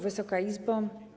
Wysoka Izbo!